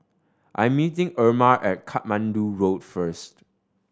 I'm meeting Irma at Katmandu Road first